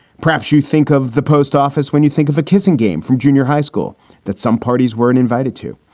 perhaps you think of the post office when you think of a kissing game from junior high school that some parties weren't invited to.